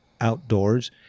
outdoors